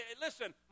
listen